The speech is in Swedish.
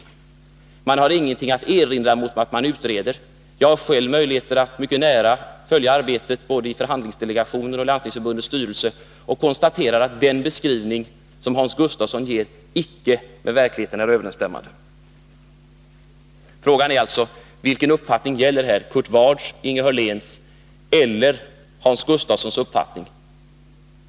Socialdemokraterna har inget att erinra mot att man utreder. Jag har själv möjligheter att mycket nära följa arbetet i både förhandlingsdelegationer och Landstingsförbundets styrelse. Jag kan därför konstatera att den beskrivning som Hans Gustafsson ger icke är med verkligheten överensstämmande. Frågan är alltså: Vilken uppfattning gäller här — Kurt Wards och Inge Hörléns eller Hans Gustafssons?